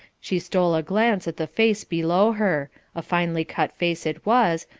she stole a glance at the face below her a finely-cut face it was,